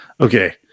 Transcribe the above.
Okay